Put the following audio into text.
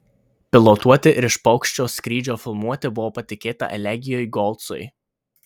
pilotuoti ir iš paukščio skrydžio filmuoti buvo patikėta elegijui golcui